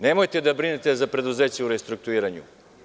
Nemojte da brinete za preduzeća u restukturiranju.